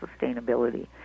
sustainability